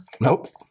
Nope